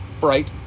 bright